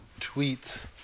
tweets